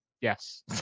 Yes